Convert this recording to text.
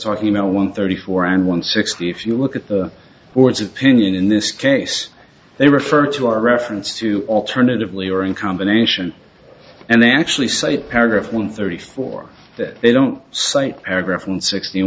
talking about one thirty four and one sixty if you look at the words opinion in this case they refer to our reference to alternatively or in combination and they actually cited paragraph one thirty four that they don't cite paragraph and sixty